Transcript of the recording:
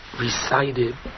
recited